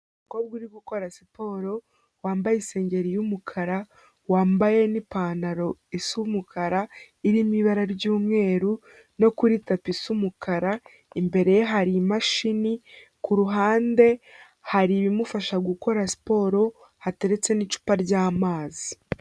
Umukobwa uri gukora siporo, wambaye isengeri y'umukara, wambaye n'ipanataro isa umukara, irimo ibara ry'umweru, no kuri tapi isa umukara, imbere ye hari imashini, ku ruhande hari ibimufasha gukora siporo, hateretse n'icupa ry'amazi.